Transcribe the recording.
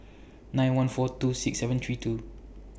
nine one four two six seven three two